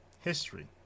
history